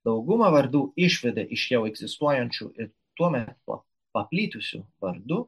daugumą vardų išvedė iš jau egzistuojančių ir tuo metu paplitusių vardų